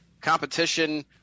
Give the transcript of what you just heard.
competition